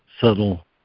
subtle